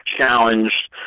challenged